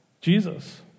Jesus